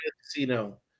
casino